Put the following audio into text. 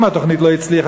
אם התוכנית לא הצליחה,